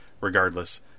regardless